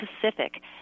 Pacific